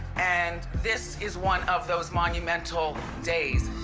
and this is one of those monumental days.